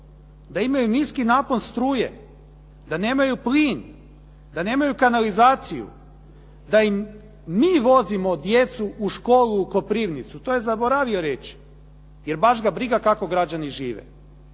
da imaju niski napon struje, da nemaju plin, da nemaju kanalizaciju, da im mi vozimo djecu u školu u Koprivnicu. To je zaboravio reći jer baš ga briga kako građani žive.